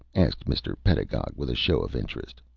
asked mr. pedagog, with a show of interest.